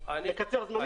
לקצר זמנים.